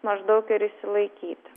maždaug ir išsilaikyt